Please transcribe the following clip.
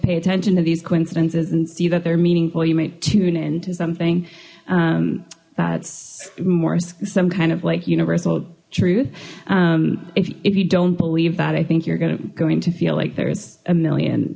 pay attention to these coincidences and see that they're meaningful you might tune into something that's more some kind of like universal truth if if you don't believe that i think you're gonna going to feel like there's a million